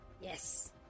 Yes